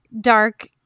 dark